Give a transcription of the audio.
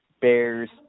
Bears